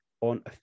on